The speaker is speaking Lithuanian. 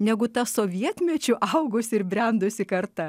negu ta sovietmečiu augusi ir brendusi karta